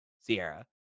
Sierra